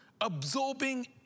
absorbing